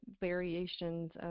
variations